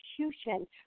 execution